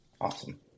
awesome